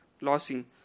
lossing